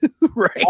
right